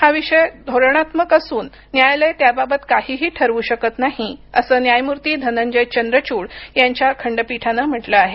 हा विषय धोरणातात्मक असून न्यायालय त्याबाबत काहीही ठरवू शकत नाही असं न्यायमूर्ती धनंजय चंद्रचूड यांच्या खंडपीठानं म्हटलं आहे